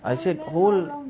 I said whole